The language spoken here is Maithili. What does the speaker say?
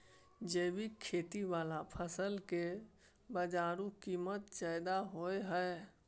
जैविक खेती वाला फसल के बाजारू कीमत ज्यादा होय हय